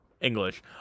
English